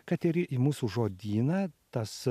kad ir į mūsų žodyną tas